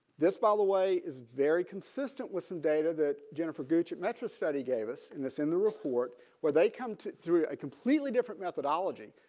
this by the way is very consistent with some data that jennifer gooch at metro study gave us in this in the report where they come through a completely different methodology.